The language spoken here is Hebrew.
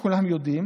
כי כולם יודעים,